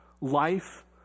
life